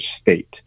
state